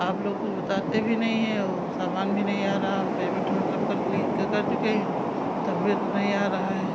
आप लोग कुछ बताते भी नहीं हैं और सामान भी नहीं आ रहा हम पेमेन्ट मतलब कर लिए कर चुके हैं तब भी नहीं आ रहा है